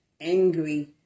angry